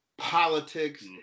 politics